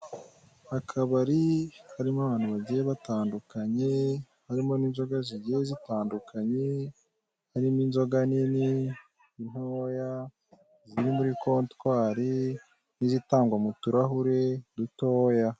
Akabari karimo abantu bagiye batandukanye harimo n'inzoga zigiye zitandukanye, harimo inzoga nini, intoya ziri muri kotwari n'izitangwa mu turahure dutoya.